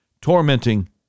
tormenting